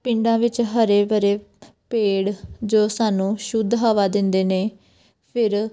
ਪਿੰਡਾਂ ਵਿੱਚ ਹਰੇ ਭਰੇ ਪੇੜ ਜੋ ਸਾਨੂੰ ਸ਼ੁੱਧ ਹਵਾ ਦਿੰਦੇ ਨੇ ਫਿਰ